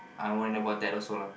I went about that also lah